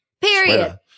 Period